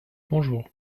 bonjour